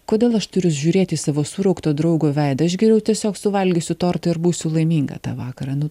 kodėl aš turiu žiūrėt į savo suraukto draugo veidą aš geriau tiesiog suvalgysiu tortą ir būsiu laiminga tą vakarą nu